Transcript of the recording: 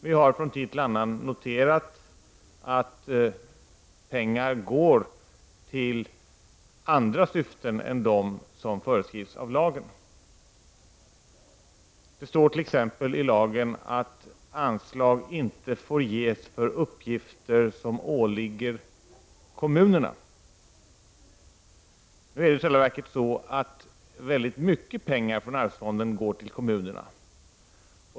Vi har från tid till annan noterat att pengarna används till andra syften än dem som föreskrivs i lagen. Det står t.ex. i lagen att anslag inte får ges för uppgifter som åligger kommunerna. I själva verket går väldigt mycket pengar från arvsfonden till kommunerna.